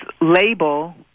label